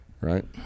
Right